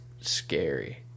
scary